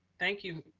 thank you,